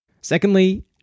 Secondly